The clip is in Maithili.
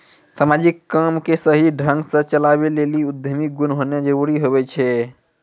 समाजिक काम के सही ढंग से चलावै लेली उद्यमी गुण होना जरूरी हुवै छै